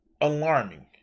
alarming